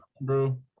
bro